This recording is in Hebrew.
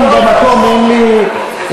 גם אם לפעמים במקום אין לי הסבר,